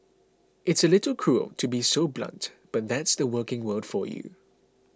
it's a little cruel to be so blunt but that's the working world for you